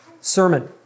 sermon